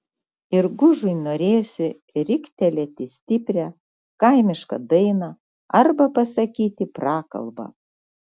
ir gužui norėjosi riktelėti stiprią kaimišką dainą arba pasakyti prakalbą